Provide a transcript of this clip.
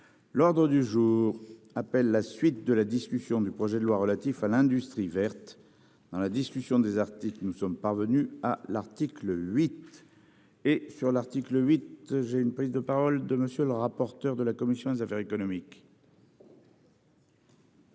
L'ordre du jour appelle la suite de la discussion du projet de loi relatif à l'industrie verte dans la discussion des articles. Nous sommes parvenus à l'article 8. Et sur l'article 8, j'ai une prise de parole de monsieur le rapporteur de la commission des affaires économiques.